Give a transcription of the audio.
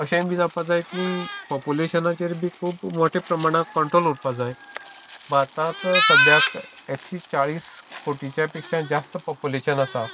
जावपाक जाय की पोपुलेशनाचेर बी मोठे प्रमाणांत कंट्रोल उरपाक जाय भारतांत सद्याक एकशे चाळीस कोटीच्या पेक्षा जास्त पोपुलेशन आसा